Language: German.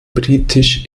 britisch